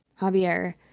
Javier